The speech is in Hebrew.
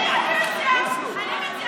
אני אקרא